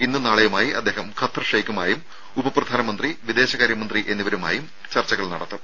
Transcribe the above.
ഇന്നും നാളെയുമായി അദ്ദേഹം ഖത്തർ ഷെയ്ഖുമായും ഉപ പ്രധാനമന്ത്രി വിദേശകാര്യമന്ത്രി എന്നിവരുമായും ചർച്ചകൾ നടത്തും